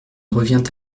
revient